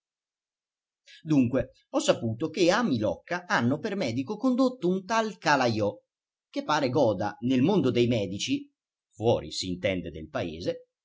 dunque ho saputo che a milocca hanno per medico condotto un tal calajò che pare goda nel mondo dei medici